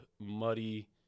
muddy